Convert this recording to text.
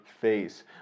face